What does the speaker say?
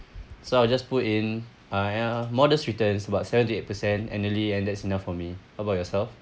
so I'll just put in I uh ya modest returns about seven to eight percent annually and that's enough for me how about yourself